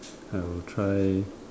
I will try